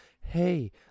hey